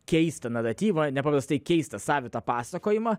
keistą naratyvą nepaprastai keistą savitą pasakojimą